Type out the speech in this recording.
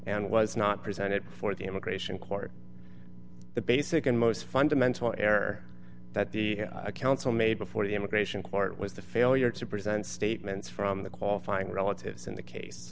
and was not presented before the immigration court the basic and most fundamental error that the counsel made before the immigration court was the failure to present statements from the qualifying relatives in the case